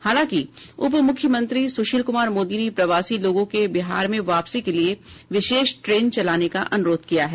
हालांकि उप मुख्यमंत्री सुशील कुमार मोदी ने प्रवासी लोगों के बिहार में वापसी के लिए विशेष ट्रेन चलाने का अनुरोध किया है